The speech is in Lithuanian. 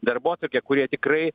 darbotvarkę kurie tikrai